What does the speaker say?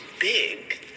big